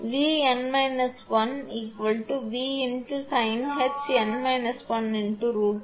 எனவே சமன்பாடு 10 இலிருந்து நாம் m ஐப் பெற்றால் n க்கு சமம் sinh𝑚 − 1√𝑘 sinh𝑛√𝑘 இது சமன்பாடு 15